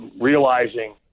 realizing